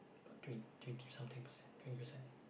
about twen~ twenty something percent twenty percent